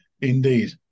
indeed